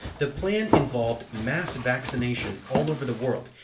the plan involved mass vaccination all over the world,